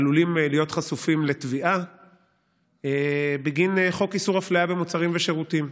עלולים להיות חשופים לתביעה בגין חוק איסור הפליה במוצרים ושירותים.